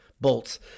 bolts